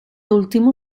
último